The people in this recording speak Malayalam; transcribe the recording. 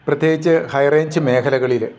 പ്രത്യേകിച്ച് ഹൈ റേഞ്ച് മേഖലകളിൽ